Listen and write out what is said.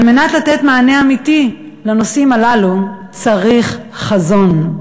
על מנת לתת מענה אמיתי לנושאים הללו צריך חזון.